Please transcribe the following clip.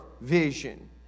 vision